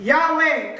Yahweh